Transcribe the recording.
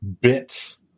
bits